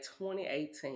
2018